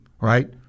right